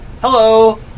hello